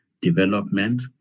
development